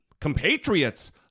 compatriots